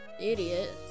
idiot